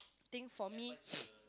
think for me